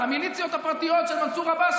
למיליציות הפרטיות של מנסור עבאס,